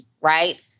right